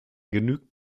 genügt